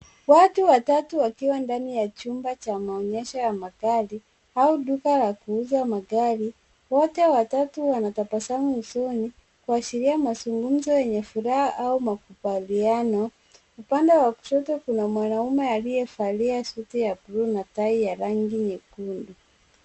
Watu watatu wakiwa ndani ya chumba cha maonyesho ya magari au duka la kuuza magari. Wote watatu wanatabasamu usoni kuashiria mazungumzo yenye furaha au makubaliano. Upande wa kushoto kuna mwanaume aliyevalia suti ya buluu na tai ya rangi nyekundu.